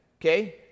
okay